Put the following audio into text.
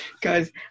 Guys